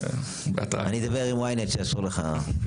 אני אדבר עם y-net שיאשרו לך.